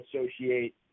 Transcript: associate